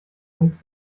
rund